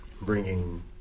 bringing